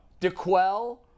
DeQuell